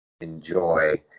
enjoy